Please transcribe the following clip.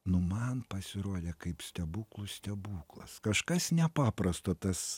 nu man pasirodė kaip stebuklų stebuklas kažkas nepaprasto tas